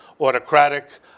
autocratic